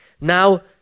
Now